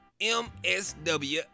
msw